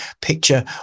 picture